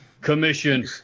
commission